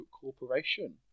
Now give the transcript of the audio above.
Corporation